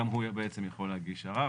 גם הוא בעצם יכול להגיש ערר,